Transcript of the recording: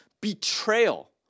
betrayal